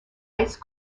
ice